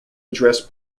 address